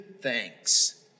thanks